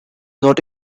not